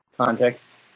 Context